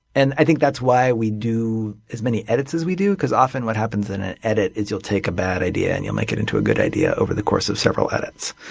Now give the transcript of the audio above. and i think that's why we do as many edits as we do. because often what happens in an edit is you'll take a bad idea and you'll make it into a good idea over the course of several edits.